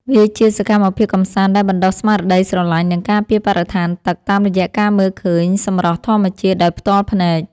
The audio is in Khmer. វាជាសកម្មភាពកម្សាន្តដែលបណ្ដុះស្មារតីស្រឡាញ់ និងការពារបរិស្ថានទឹក តាមរយៈការមើលឃើញសម្រស់ធម្មជាតិដោយផ្ទាល់ភ្នែក។